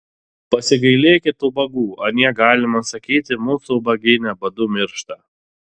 pasigailėkit ubagų anie galima sakyti mūsų ubagyne badu miršta